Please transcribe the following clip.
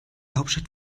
hauptstadt